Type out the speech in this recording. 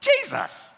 Jesus